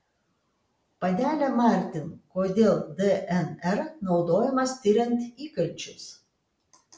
panele martin kodėl dnr naudojamas tiriant įkalčius